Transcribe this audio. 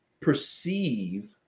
perceive